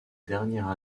dernière